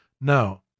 now